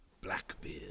Blackbeard